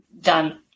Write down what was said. done